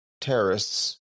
terrorists